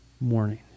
morning